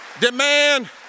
demand